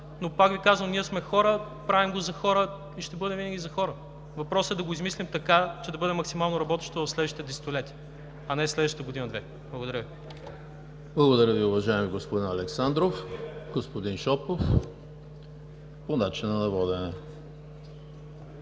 но пак Ви казвам, ние сме хора, правим го за хора и ще бъде винаги за хората. Въпросът е да го измислим така, че да бъде максимално работещо в следващите десетилетия, а не в следващите година-две. Благодаря. ПРЕДСЕДАТЕЛ ЕМИЛ ХРИСТОВ: Благодаря Ви, уважаеми господин Александров. Господин Шопов – по начина на водене.